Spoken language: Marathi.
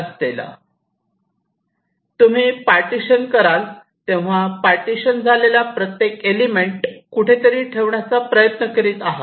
जेव्हा तुम्ही पार्टिशन कराल तेव्हा पार्टिशन झालेला प्रत्येक एलिमेंट तुम्ही कुठेतरी ठेवण्याचा प्रयत्न करीत आहात